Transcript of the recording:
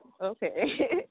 okay